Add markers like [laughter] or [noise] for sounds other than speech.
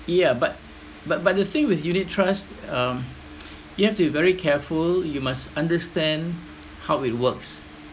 yeah but but but the thing with unit trust um [noise] you have to be very careful you must understand how it works